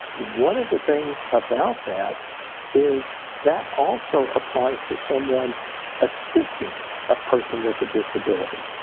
one of the things about that is that also applies to someone assisting a person with a disability.